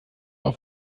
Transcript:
auf